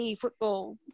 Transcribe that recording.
football